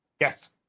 Yes